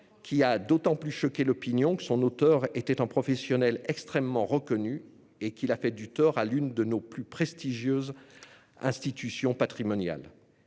qui a d'autant plus choqué l'opinion que son auteur était un professionnel extrêmement reconnu et qu'il a fait du tort à l'une de nos plus prestigieuses institutions patrimoniales.